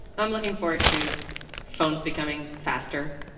i'm looking forward to phones becoming faster,